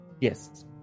Yes